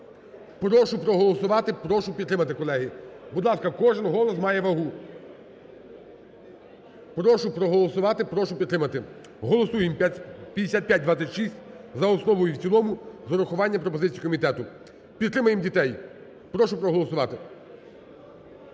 Прошу проголосувати, прошу підтримати, колеги. Будь ласка, кожен голос має вагу. Прошу проголосувати, прошу підтримати. Голосуємо 5526 за основу і в цілому з урахуванням пропозицій комітету. Підтримаємо дітей. Прошу проголосувати.